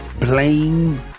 Blame